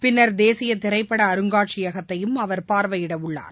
பின்னர் தேசியதிரைப்படஅருங்காட்சியகத்தையும் அவர் பார்வையிடஉள்ளார்